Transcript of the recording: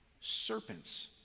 Serpents